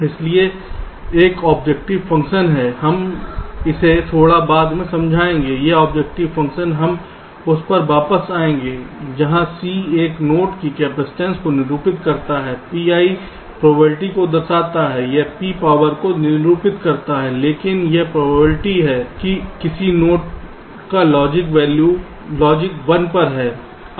इसलिए एक objective function है हम इसे थोड़ा बाद में समझाएंगे यह ऑब्जेक्टिव फंक्शन हम उस पर वापस आएंगे जहाँ C एक नोड की कपसिटंस को निरूपित करता है Pi प्रोबेबिलिटी को दर्शाता है यह P पावर को निरूपित नहीं करता है लेकिन यह प्रोबेबिलिटी है कि किसी नोड का लॉजिक वैल्यू लॉजिक 1 पर है